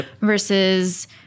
versus